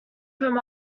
from